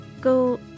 go